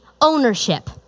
ownership